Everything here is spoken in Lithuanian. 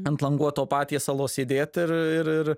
ant languoto patiesalo sėdėt ir ir ir